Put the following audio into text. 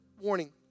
warning